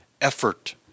effort